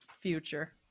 future